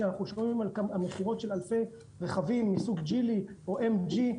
כשאנחנו שומעים על המכירות של אלפי רכבים מסוג ג'ילי או MG,